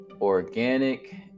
organic